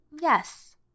Yes